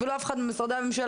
ולא אף אחד ממשרדי הממשלה,